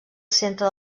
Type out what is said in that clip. centre